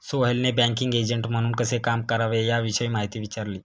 सोहेलने banking agent म्हणून कसे काम करावे याविषयी माहिती विचारली